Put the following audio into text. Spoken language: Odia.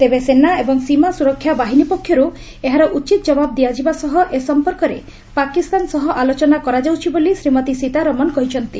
ତେବେ ସେନା ଏବଂ ସୀମା ସ୍ୱରକ୍ଷା ବାହିନୀ ପକ୍ଷର୍ତ ଏହାର ଉଚିତ କବାବ ଦିଆଯିବା ସହ ଏ ସମ୍ପର୍କରେ ପାକିସ୍ତାନ ସହ ଆଲୋଚନା କରାଯାଉଛି ବୋଲି ଶ୍ରୀମତୀ ସୀତାରମଣ କହିଛନ୍ତି